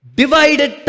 divided